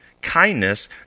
kindness